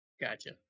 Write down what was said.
Gotcha